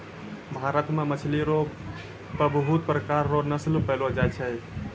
भारत मे मछली रो पबहुत प्रकार रो नस्ल पैयलो जाय छै